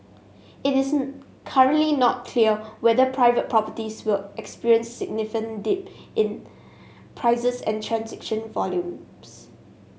it is currently not clear whether private properties will experience significant dip in prices and transaction volumes